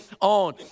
on